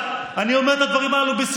אני אומר את הדברים הללו בבתי המשפט,